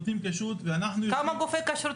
לאותו רב מקומי או רב עיר שיש לו את --- יש לו עניין בכשרות,